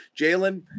jalen